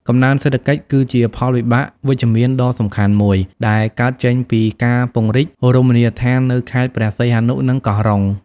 កំណើនសេដ្ឋកិច្ច គឺជាផលវិបាកវិជ្ជមានដ៏សំខាន់មួយដែលកើតចេញពីការពង្រីករមណីយដ្ឋាននៅខេត្តព្រះសីហនុ និងកោះរ៉ុង។